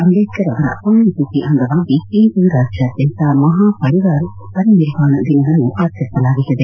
ಅಂಬೇಡ್ತರ್ ಅವರ ಪುಣ್ಣತಿಥಿ ಅಂಗವಾಗಿ ಇಂದು ರಾಜ್ನಾದ್ಯಂತ ಮಹಾ ಪರಿನಿರ್ವಾಣ ದಿನವನ್ನು ಆಚರಿಸಲಾಗುತ್ತಿದೆ